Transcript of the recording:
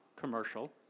commercial